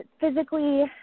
physically